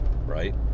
right